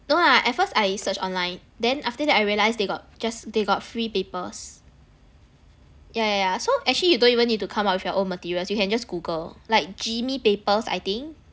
no lah at first I search online then after that I realise they got just they got free papers yeah yeah yeah so actually you don't even need to come up with your own materials you can just google like jimmy papers I think